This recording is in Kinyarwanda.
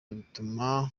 bituma